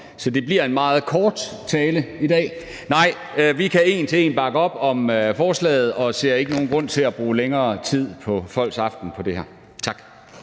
så det bliver en meget kort tale i dag. Nej, vi kan en til en bakke op om forslaget os ser ikke nogen grund til at bruge længere tid af folks aften på det her. Tak.